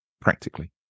practically